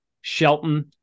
Shelton